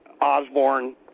Osborne